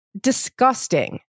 disgusting